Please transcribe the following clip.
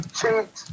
cheat